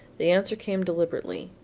the answer came deliberately,